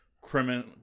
criminal